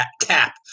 cap